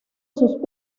sus